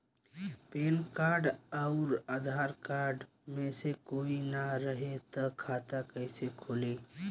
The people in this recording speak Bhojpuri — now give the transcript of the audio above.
पैन कार्ड आउर आधार कार्ड मे से कोई ना रहे त खाता कैसे खुली?